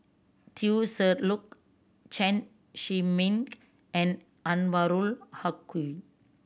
Teo Ser Luck Chen Zhiming and Anwarul Haque